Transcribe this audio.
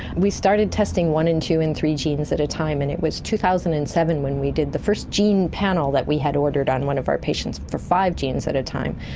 we started testing one and two and three genes at a time and it was two thousand and seven when we did the first gene panel that we had ordered on one of our patients for five genes at a time.